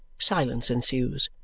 silence ensues.